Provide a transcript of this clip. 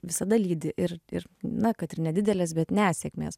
visada lydi ir ir na kad ir nedidelės bet nesėkmės